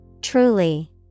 Truly